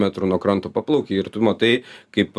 metrų nuo kranto paplauki ir tu matai kaip